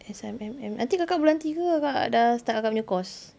S_I_M_M nanti kakak bulan tiga kakak dah start kakak punya course